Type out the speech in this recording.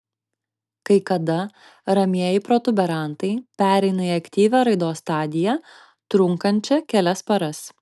kai kada ramieji protuberantai pereina į aktyvią raidos stadiją trunkančią kelias paras